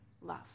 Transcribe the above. love